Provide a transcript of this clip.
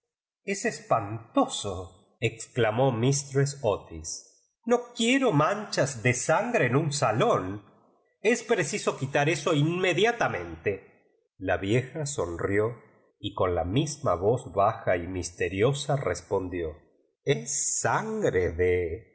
es espantoso exclamó mistresa otis no quiero manchas de sangre en un salón g preciso quitar eso uimediataioeiile la vieja sonrió y con la misma voz baja y misteriosa respondió es sangre de